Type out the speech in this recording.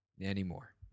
anymore